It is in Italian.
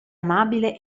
amabile